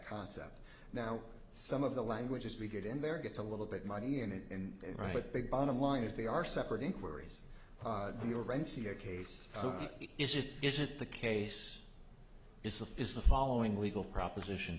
concept now some of the language as we get in there gets a little bit money in it and right big bottom line is they are separate inquiries you already see a case is it isn't the case itself is the following legal proposition